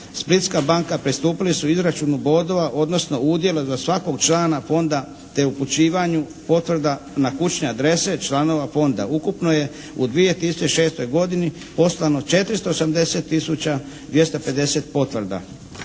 Splitska banka pristupili su izračunu bodova odnosno udjela za svakog člana Fonda te upućivanju potvrda na kućne adrese članova Fonda. Ukupno je u 2006. godini poslano 480 tisuća 250 potvrda.